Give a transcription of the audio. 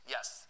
Yes